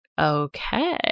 okay